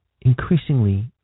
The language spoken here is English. increasingly